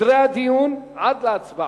וסדרי הדיון עד להצבעה.